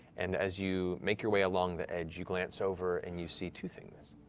and as you make your way along the edge, you glance over and you see two things.